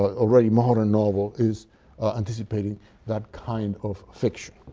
ah already modern novel, is anticipating that kind of fiction.